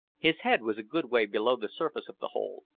his head was a good way below the surface of the hole,